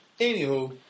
Anywho